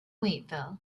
waiteville